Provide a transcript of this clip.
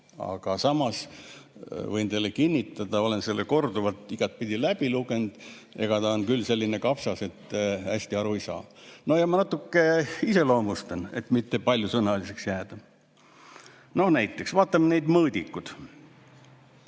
Aga samas võin teile kinnitada – olen selle korduvalt igatepidi läbi lugenud –, et ta on küll selline kapsas, et hästi aru ei saa. Ma natuke iseloomustan, et mitte paljusõnaliseks jääda. Näiteks vaatame neid mõõdikuid.